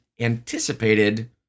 anticipated